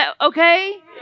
Okay